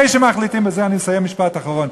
אני אסיים, משפט אחרון.